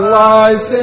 lies